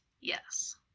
Yes